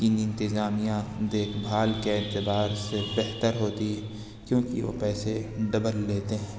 ان انتظامیہ دیکھ بھال کے اعتبار سے بہتر ہوتی کیوں کہ وہ پیسے ڈبل لیتے ہیں